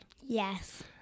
Yes